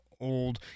old